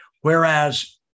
Whereas